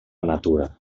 natura